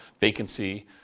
vacancy